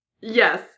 Yes